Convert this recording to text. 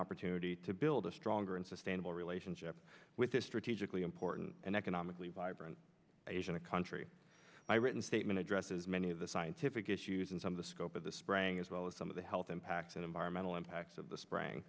opportunity to build a stronger and sustainable relationship with this strategically important and economically vibrant asian a country my written statement addresses many of the scientific issues and some of the scope of the spring as well as some of the health impacts and environmental impacts of the spring